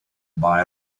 buy